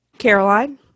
Caroline